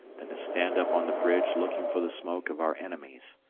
than to stand up on the bridge looking for the smoke of our enemies,